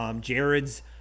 Jared's